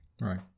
Right